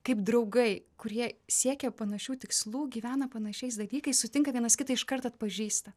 kaip draugai kurie siekia panašių tikslų gyvena panašiais dalykais sutinka vienas kitą iškarto atpažįsta